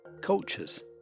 cultures